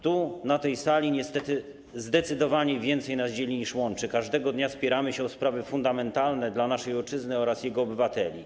Tu, na tej sali, niestety zdecydowanie więcej nas dzieli, niż łączy, każdego dnia spieramy się o sprawy fundamentalne dla naszej ojczyzny oraz jej obywateli.